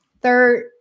third